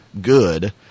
good